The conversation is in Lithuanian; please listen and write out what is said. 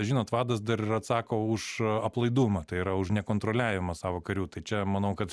žinot vadas dar ir atsako už aplaidumą tai yra už nekontroliavimą savo karių tai čia manau kad